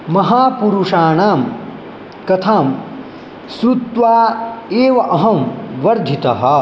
महापुरुषाणां कथां श्रुत्वा एव अहं वर्धितः